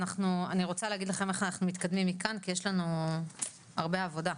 ואני רוצה להגיד לכם איך אנחנו מתקדמים מכאן כי יש לנו הרבה עבודה.